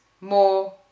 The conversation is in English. more